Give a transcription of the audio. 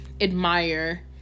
admire